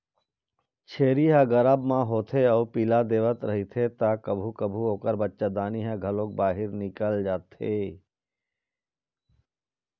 छेरी ह गरभ म होथे अउ पिला देवत रहिथे त कभू कभू ओखर बच्चादानी ह घलोक बाहिर निकल जाथे